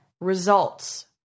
results